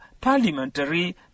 parliamentary